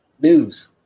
news